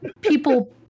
people